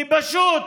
כי פשוט